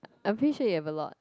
I'm pretty sure you have a lot